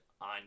on